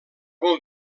vol